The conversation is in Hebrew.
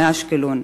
מאשקלון.